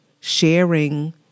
sharing